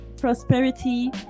prosperity